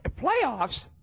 Playoffs